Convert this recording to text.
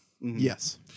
Yes